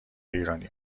ایرانی